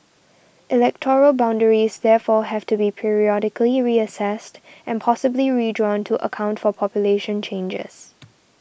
electoral boundaries therefore have to be periodically reassessed and possibly redrawn to account for population changes